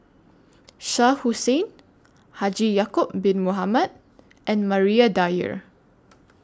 Shah Hussain Haji Ya'Acob Bin Mohamed and Maria Dyer